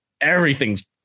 everything's